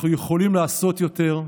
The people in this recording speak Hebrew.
אנחנו יכולים לעשות יותר,